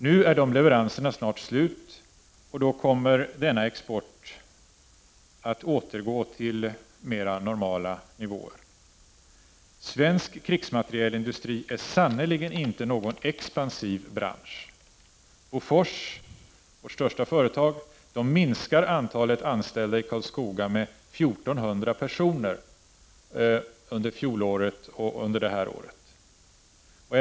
Nu är dessa leveranser snart slutförda och då kommer denna export att återgå till mera normala nivåer. Svensk krigsmaterielindustri är sannerligen inte någon expansiv bransch. Bofors, vårt största företag på området, har under fjolåret och under innevarande år minskat antalet anställda i Karlskoga med 1400 personer.